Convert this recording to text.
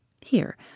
Here